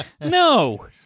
No